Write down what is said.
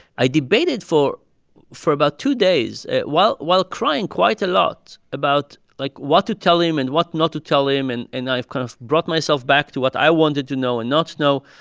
i debated for for about two days while while crying quite a lot about, like, what to tell him and what not to tell him. and and i kind of brought myself back to what i wanted to know and not know.